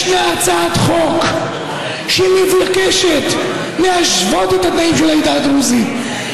ישנה הצעת חוק שמבקשת להשוות את התנאים של העדה הדרוזית,